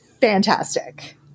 fantastic